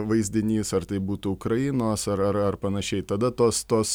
vaizdinys ar tai būtų ukrainos ar ar ar panašiai tada tos tos